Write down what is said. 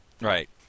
right